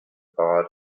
fahrrad